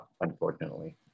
unfortunately